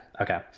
okay